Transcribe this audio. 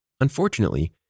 Unfortunately